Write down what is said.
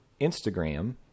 Instagram